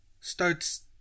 Starts